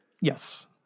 Yes